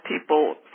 people